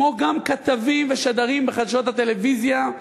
כמו גם כתבים ושדרים בחדשות הטלוויזיה,